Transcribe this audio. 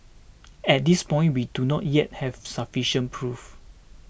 at this point we do not yet have sufficient proof